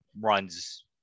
runs